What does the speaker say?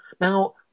Now